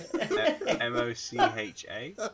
M-O-C-H-A